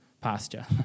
pasture